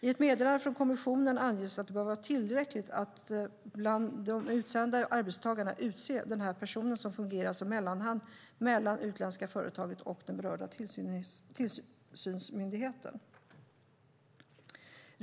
I ett meddelande från kommissionen anges att det bör vara tillräckligt att bland de utsända arbetstagarna utse denna person som fungerar som mellanhand mellan det utländska företaget och den berörda tillsynsmyndigheten.